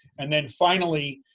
and then finally,